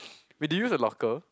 wait did you use a locker